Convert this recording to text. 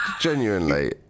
genuinely